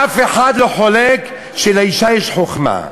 אף אחד לא חולק שלאישה יש חוכמה.